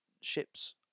ships